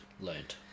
Learned